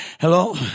Hello